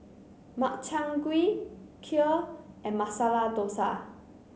Makchang Gui Kheer and Masala Dosa